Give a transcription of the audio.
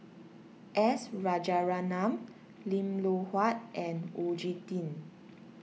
S Rajaratnam Lim Loh Huat and Oon Jin Teik